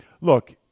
Look